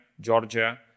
Georgia